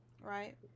Right